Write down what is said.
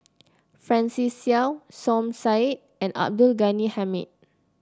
Francis Seow Som Said and Abdul Ghani Hamid